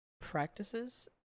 practices